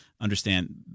understand